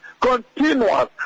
continuous